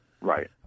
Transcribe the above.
Right